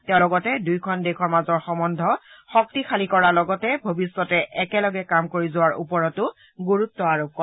তেওঁ লগতে দ্য়োখন দেশৰ মাজৰ সন্বন্ধ শক্তিশালী কৰাৰ লগতে ভৱিষ্যতে একেলগে কাম কৰি যোৱাৰ ওপৰতো গুৰুত্ব আৰোপ কৰে